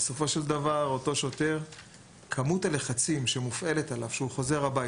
בסופו של דבר כמות הלחצים שמופעלת על השוטר כשהוא חוזר הביתה,